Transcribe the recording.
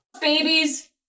babies